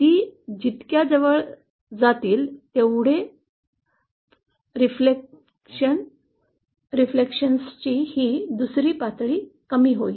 ते जितक्या जवळ जातील तेवढे प्रतिबिंबितांची ही दुसरी पातळी कमी होईल